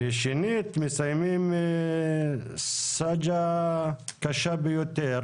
ושנית מסיימים סאגה קשה ביותר